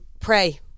pray